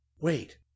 Wait